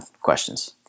questions